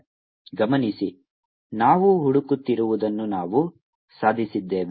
ಗಮನಿಸಿ ನಾವು ಹುಡುಕುತ್ತಿರುವುದನ್ನು ನಾವು ಸಾಧಿಸಿದ್ದೇವೆ